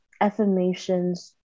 affirmations